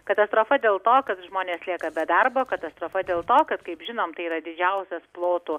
katastrofa dėl to kad žmonės lieka be darbo katastrofa dėl to kad kaip žinom tai yra didžiausias plotu